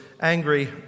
angry